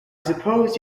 suppose